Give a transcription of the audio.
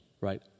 right